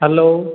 hello